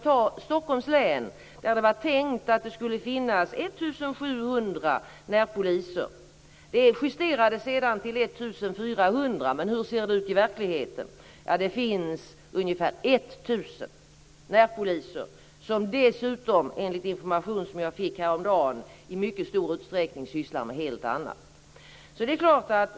Där var det tänkt att det skulle finnas 1 700 närpoliser. Det justerades sedan till 1 400. Men hur ser det ut i verkligheten? Det finns ungefär 1 000 närpoliser som dessutom, enligt information som jag fick häromdagen, i mycket stor utsträckning sysslar med helt annat.